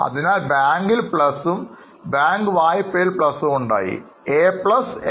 അതിനാൽ ബാങ്കിൽ പ്ലസും ബാങ്ക് വായ്പയിൽ പ്ലസും ഉണ്ടായി അതിനാൽ A L